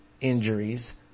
injuries